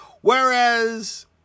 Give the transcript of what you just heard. Whereas